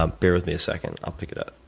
um bear with me a second, i'll pick it up.